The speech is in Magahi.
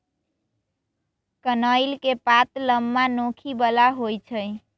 कनइल के पात लम्मा, नोखी बला होइ छइ